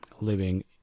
living